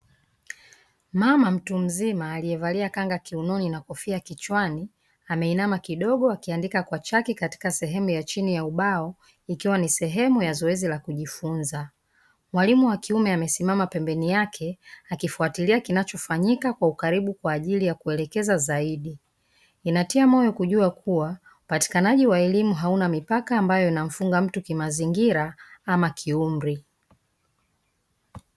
Mama mtu mzima aliyevalia kanga kiunoni na kofia kichwani, ameinama kidogo akiandika kwa chaki katika sehemu ya chini ya ubao, ikiwa ni sehemu ya zoezi la kujifunza. Mwalimu wa kiume amesimama pembeni yake, akifuatilia kinachofanyika kwa ukaribu kwa ajili ya kuelekeza zaidi. Inatia moyo kujua ya kuwa upatikanaji wa elimu hauna mipaka ambayo inamfunga mtu kimazingira ama kiumri.